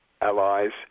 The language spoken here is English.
allies